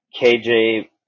KJ